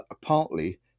partly